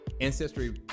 Ancestry